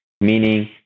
Meaning